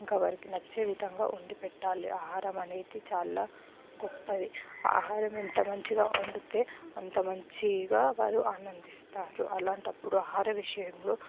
ఇంకా వారికి నచ్చే విధంగా వండి పెట్టాలి ఆహారం అనేది చాలా గొప్పది ఆహారం ఎంత మంచిగా వండితే అంత మంచిగా వారు ఆనందిస్తారు అలాంటప్పుడు ఆహారం విషయంలో